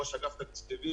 ראש אגף תקציבים,